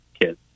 kids